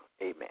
Amen